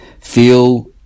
feel